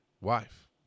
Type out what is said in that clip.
wife